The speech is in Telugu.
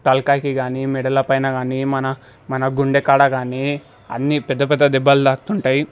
తలకాయికి గాని మెడల పైన కానీ మన మన గుండె కాడ కానీ అన్నీ పెద్ద పెద్ద దెబ్బలు తాకుతుంటాయి